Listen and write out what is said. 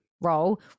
role